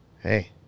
hey